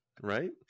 right